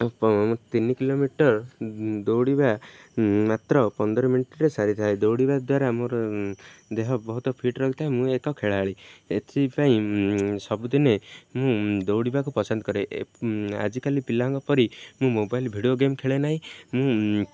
ତିନି କିଲୋମିଟର ଦୌଡ଼ିବା ମାତ୍ର ପନ୍ଦର ମିନିଟରେ ସାରିଥାଏ ଦୌଡ଼ିବା ଦ୍ୱାରା ମୋର ଦେହ ବହୁତ ଫିଟ୍ ରହିଥାଏ ମୁଁ ଏକ ଖେଳାଳି ଏଥିପାଇଁ ସବୁଦିନେ ମୁଁ ଦୌଡ଼ିବାକୁ ପସନ୍ଦ କରେ ଆଜିକାଲି ପିଲାଙ୍କ ପରି ମୁଁ ମୋବାଇଲ ଭିଡ଼ିଓ ଗେମ୍ ଖେଳେ ନାହିଁ ମୁଁ